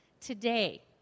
today